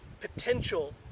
potential